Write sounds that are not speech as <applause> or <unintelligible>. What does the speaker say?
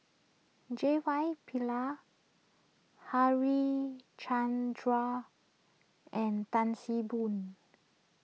J Y <unintelligible> Harichandra and Tan See Boo